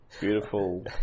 beautiful